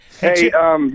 Hey